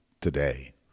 today